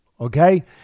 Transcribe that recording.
okay